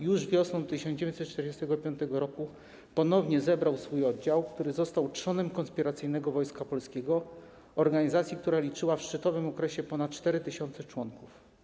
Już wiosną 1945 r. ponownie zebrał swój oddział, który został trzonem Konspiracyjnego Wojska Polskiego, organizacji, która liczyła w szczytowym okresie ponad 4 tys. członków.